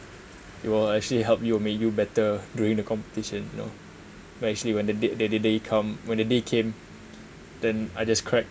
it will actually help you made you better during the competition you know where actually when the date day day day come when the day came then I just crack